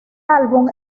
álbum